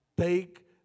Take